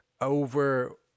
over